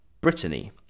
Brittany